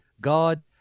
God